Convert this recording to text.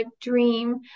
dream